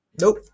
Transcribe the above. Nope